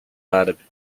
árabe